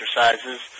exercises